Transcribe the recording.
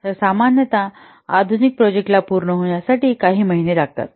तर सामान्यत आधुनिक प्रोजेक्टांना पूर्ण होण्यासाठी काही महिने लागतात